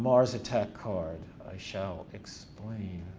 mars attack card. i shall explain.